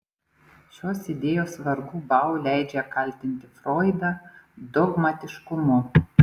šios idėjos vargu bau leidžia kaltinti froidą dogmatiškumu